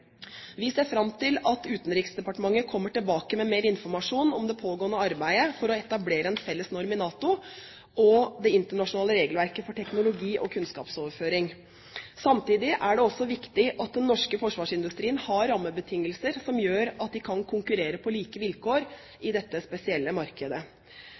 Vi ser fram til at Utenriksdepartementet kommer tilbake med mer informasjon om det pågående arbeidet for å etablere en felles norm i NATO og om det internasjonale regelverket for teknologi- og kunnskapsoverføring. Samtidig er det viktig at den norske forsvarsindustrien har rammebetingelser som gjør at den kan konkurrere på like vilkår i dette spesielle markedet.